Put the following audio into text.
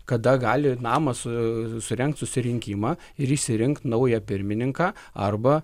kada gali namą su surengt susirinkimą ir išsirinkt naują pirmininką arba